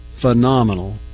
phenomenal